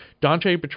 Dante